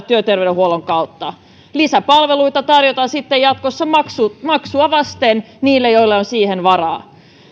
työterveydenhuollon kautta lisäpalveluita tarjotaan sitten jatkossa maksua vasten niille joilla on siihen varaa